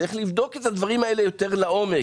צריך לבדוק את הדברים האלה יותר לעומק.